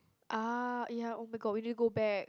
ah ya [oh]-my-god we need to go back